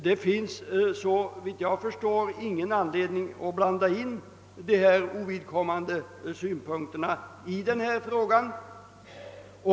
Det finns såvitt jag förstår ingen anledning att blanda in sådana ovidkommande synpunkter i denna fråga.